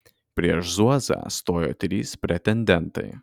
prieš zuozą stojo trys pretendentai